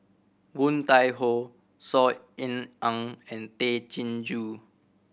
Woon Tai Ho Saw Ean Ang and Tay Chin Joo